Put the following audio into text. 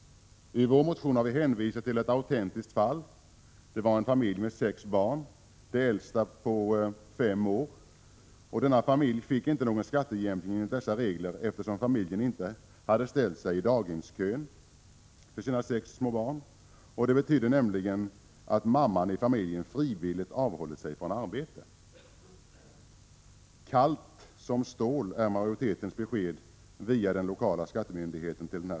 I vår motion har vi hänvisat till ett autentiskt fall. Det var en familj med sex barn, det äldsta barnet på fem år. Denna familj fick inte någon skattejämkning enligt dessa regler eftersom familjen inte hade ställt sina sex små barn i daghemskön. Det betyder nämligen att mamman i familjen frivilligt avhåller sig från arbete. Kallt som stål är majoritetens besked via den lokala skattemyndigheten.